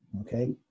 Okay